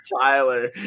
Tyler